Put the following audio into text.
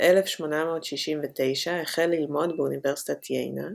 ב-1869 החל ללמוד באוניברסיטת יינה,